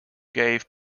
gave